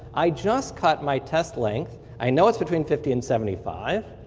i just cut my test length i know it's between fifty and seventy five.